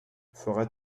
fera